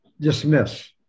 dismiss